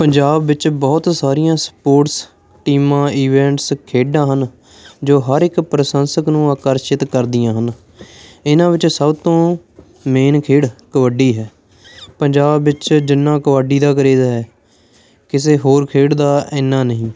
ਪੰਜਾਬ ਵਿੱਚ ਬਹੁਤ ਸਾਰੀਆਂ ਸਪੋਰਟਸ ਟੀਮਾਂ ਇਵੈਂਟਸ ਖੇਡਾਂ ਹਨ ਜੋ ਹਰ ਇੱਕ ਪ੍ਰਸ਼ੰਸਕ ਨੂੰ ਆਕਰਸ਼ਿਤ ਕਰਦੀਆਂ ਹਨ ਇਹਨਾਂ ਵਿੱਚ ਸਭ ਤੋਂ ਮੇਨ ਖੇਡ ਕਬੱਡੀ ਹੈ ਪੰਜਾਬ ਵਿੱਚ ਜਿੰਨਾ ਕਬੱਡੀ ਦਾ ਕਰੇਜ ਹੈ ਕਿਸੇ ਹੋਰ ਖੇਡ ਦਾ ਇੰਨਾ ਨਹੀਂ